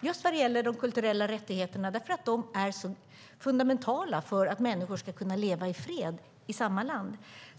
just vad gäller de kulturella rättigheterna, som är så fundamentala för att människor ska kunna leva i fred i ett land.